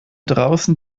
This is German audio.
draußen